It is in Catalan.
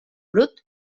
brut